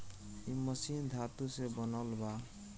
इ मशीन धातु से बनल बा